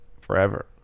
forever